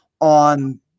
on